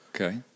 Okay